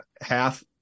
half